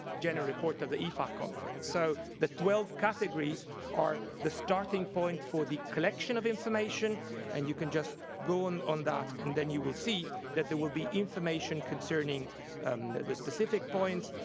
general report of the efa conference. so the twelve categories are the starting point for the collection of information and you can just go and on that and then you will see that there will be information concerning um the the specific points.